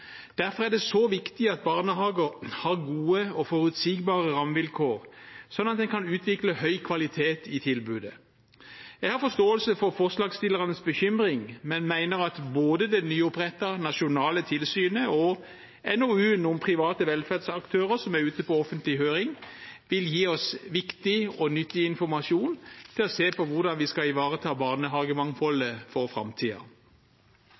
Derfor er det så viktig at barnehager har gode og forutsigbare rammevilkår, slik at de kan utvikle høy kvalitet i tilbudet. Jeg har forståelse for forslagsstillerens bekymring, men mener at både det nyopprettede nasjonale tilsynet og NOU-en om private velferdsaktører som er ute på offentlig høring, vil gi oss viktig og nyttig informasjon for å se på hvordan vi skal ivareta